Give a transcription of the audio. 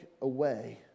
away